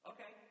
Okay